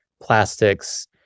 plastics